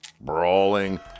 brawling